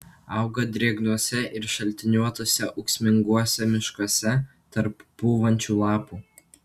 auga drėgnuose ir šaltiniuotuose ūksminguose miškuose tarp pūvančių lapų